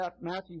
Matthew